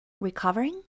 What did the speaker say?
recovering